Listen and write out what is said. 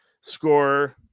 score